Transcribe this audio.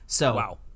wow